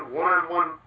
one-on-one